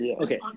okay